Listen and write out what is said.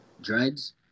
dreads